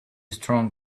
strong